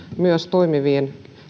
myös toimiviin